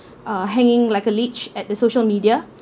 uh hanging like a leech at the social media